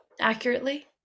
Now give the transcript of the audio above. accurately